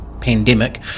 pandemic